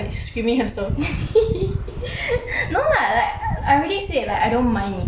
no lah I already said like I don't mind meeting ah